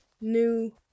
new